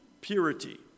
purity